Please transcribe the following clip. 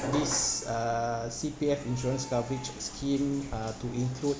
this uh C_P_F insurance coverage scheme uh to include